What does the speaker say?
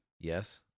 Yes